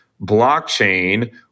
blockchain